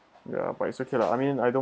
ya but it's okay lah I mean I don't